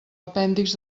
apèndixs